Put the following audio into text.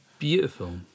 Beautiful